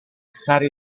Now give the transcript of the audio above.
stare